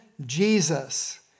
Jesus